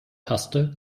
taste